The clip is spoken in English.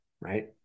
right